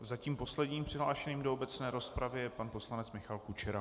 Zatím posledním přihlášeným do obecné rozpravy je pan poslanec Michal Kučera.